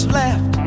left